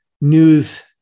news